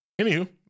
Anywho